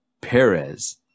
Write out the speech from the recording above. Perez